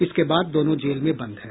इसके बाद दोनों जेल में बंद हैं